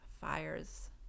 fires